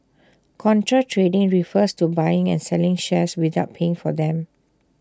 contra trading refers to buying and selling shares without paying for them